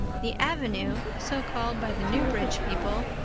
the avenue, so called by the newbridge people,